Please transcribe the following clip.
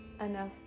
enough